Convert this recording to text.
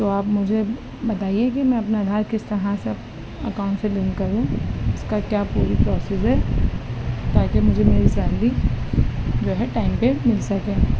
تو آپ مجھے بتائیے کہ میں اپنا آدھار کس طرح سے اکاؤنٹ سے لینک کروں اس کا کیا پوری پروسز ہے تاکہ مجھے میری سیلری جو ہے ٹائم پہ مل سکے